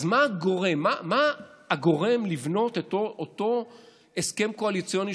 אז מה הגורם לבניית אותו הסכם קואליציוני,